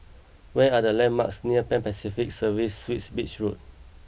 where are the landmarks near Pan Pacific Serviced Suites Beach Road